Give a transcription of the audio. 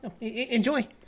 Enjoy